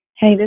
Hey